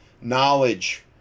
knowledge